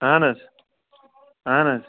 اَہَن حظ اَہَن حظ